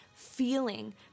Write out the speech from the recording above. Feeling